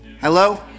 hello